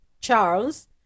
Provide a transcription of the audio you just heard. Charles